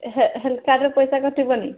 health କାର୍ଡ଼ର ପଇସା କଟିବନି